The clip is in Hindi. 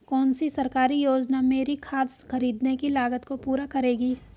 कौन सी सरकारी योजना मेरी खाद खरीदने की लागत को पूरा करेगी?